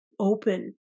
open